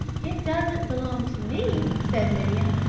it doesn't belong to me, said lydia.